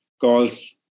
calls